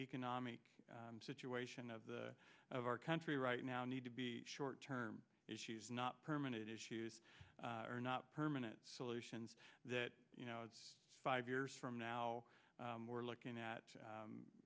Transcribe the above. economic situation of the of our country right now need to be short term issues not permanent issues are not permanent solutions that you know it's five years from now we're looking at